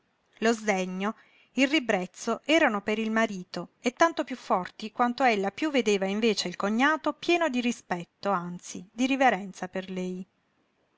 lo sdegno il ribrezzo erano per il marito e tanto piú forti quanto piú ella vedeva invece il cognato pieno di rispetto anzi di riverenza per lei